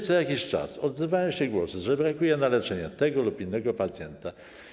Co jakiś czas odzywają się głosy, że brakuje na leczenie tego lub innego pacjenta.